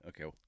okay